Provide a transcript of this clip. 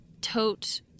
tote